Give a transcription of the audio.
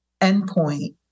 endpoint